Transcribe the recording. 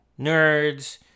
nerds